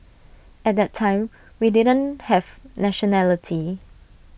at that time we didn't have nationality